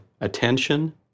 attention